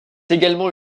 également